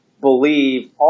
believe